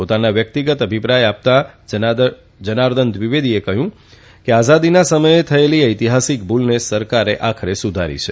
પોતાના વ્યક્તિગત અભિપ્રાય આપતાં જનાર્દન દ્વિવેદીએ કહ્યું કે આઝાદીના સમયે થયેલી ઐતિહાસિક ભૂલને સરકારે આખરે સુધારી છે